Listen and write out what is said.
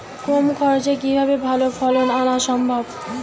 কম খরচে কিভাবে ভালো ফলন আনা সম্ভব?